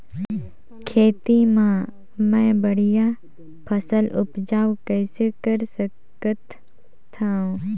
खेती म मै बढ़िया फसल उपजाऊ कइसे कर सकत थव?